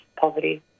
poverty